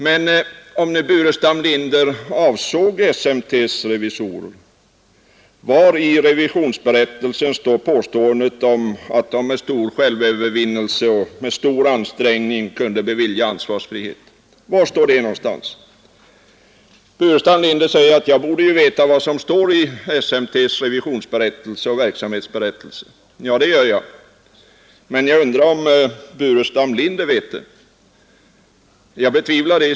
Men om herr Burenstam Linder avsåg SMT:s revisorer, var i revisionsberättelsen står det att de med stor självövervinnelse och med stor ansträngning kunde bevilja ansvarsfrihet? Var står det någonstans? Herr Burenstam Linder sade att jag borde veta vad som står i SMT:s revisionsberättelse och verksamhetsberättelse. Ja, det gör jag, men jag undrar om herr Burenstam Linder vet det. Jag betvivlar det.